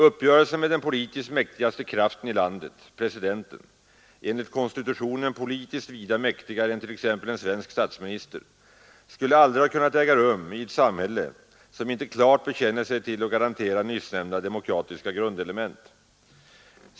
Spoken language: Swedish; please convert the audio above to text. Uppgörelsen med den politiskt mäktigaste kraften i landet, presidenten — enligt konstitu tionen politiskt vida mäktigare än t.ex. en svensk statsminister — skulle aldrig ha kunnat äga rum i ett samhälle, som icke klart bekänner sig till och garanterar nyssnämnda demokratiska grundelement.